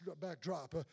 backdrop